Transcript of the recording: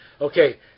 Okay